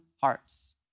hearts